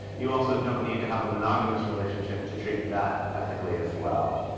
you also don't need to have a monogamous relationship to treat that ethically as well.